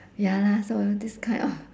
ya lah so this kind of